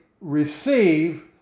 receive